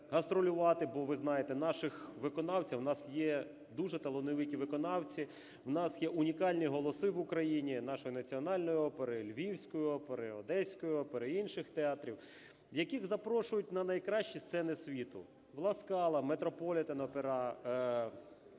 гастролювати. Бо ви знаєте, наших виконавців, у нас є дуже талановиті виконавці. У нас є унікальні голоси в Україні, нашої Національної опери, Львівської опери, Одеської опери, інших театрів, яких запрошують на найкращі сцени світу – в "Ла Скала", Метрополітен-опера,